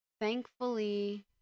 Thankfully